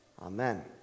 Amen